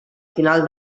final